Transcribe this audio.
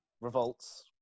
revolts